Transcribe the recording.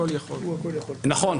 נכון.